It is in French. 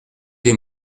des